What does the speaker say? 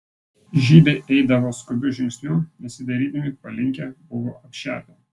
žydai eidavo skubiu žingsniu nesidairydami palinkę buvo apšepę